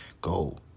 Go